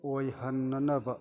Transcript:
ꯑꯣꯏꯍꯟꯅꯅꯕ